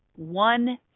One